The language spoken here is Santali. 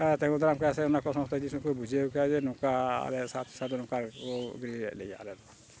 ᱛᱤᱜᱩ ᱫᱟᱨᱟᱢ ᱠᱮᱜᱼᱟ ᱥᱮ ᱚᱱᱟ ᱠᱚ ᱥᱚᱢᱚᱥᱛᱚ ᱠᱤᱪᱷᱩ ᱠᱚ ᱵᱩᱡᱷᱟᱹᱣ ᱠᱮᱭᱟ ᱡᱮ ᱱᱚᱝᱠᱟ ᱟᱞᱮ ᱥᱟᱛ ᱥᱟᱫᱷᱮ ᱫᱚ ᱱᱚᱝᱠᱟ ᱜᱮᱠᱚ ᱵᱤᱞᱤᱭᱮᱜ ᱞᱮᱭᱟ ᱟᱞᱮᱫᱚ